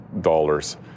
dollars